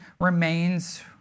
remains